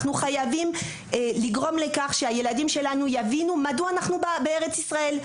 לכן אנחנו חייבים לגרום לכך שהילדים שלנו יבינו מדוע אנחנו בארץ ישראל.